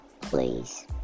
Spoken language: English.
Please